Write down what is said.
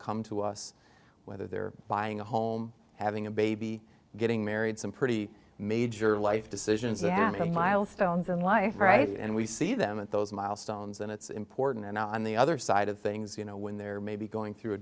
come to us whether they're buying a home having a baby getting married some pretty major life decisions they have milestones in life right and we see them at those milestones and it's important and on the other side of things you know when they're maybe going through a